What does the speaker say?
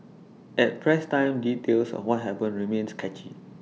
at press time details of what happened remained sketchy